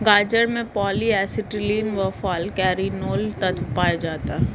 गाजर में polyacetylene व फालकैरिनोल तत्व पाया जाता है